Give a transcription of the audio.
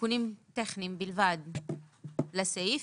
תיקונים טכניים בלבד לסעיף.